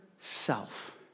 self